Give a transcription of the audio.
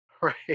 right